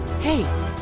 Hey